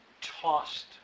tossed